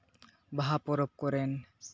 ᱵᱟᱦᱟ ᱯᱚᱨᱚᱵᱽ ᱠᱚᱨᱮᱫ